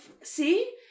See